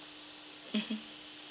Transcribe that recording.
mmhmm